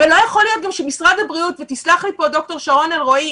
גם לא יכול להיות שמשרד הבריאות תסלח לי ד"ר שרון אלרעי,